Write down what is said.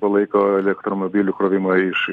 palaiko elektromobilių krovimą iš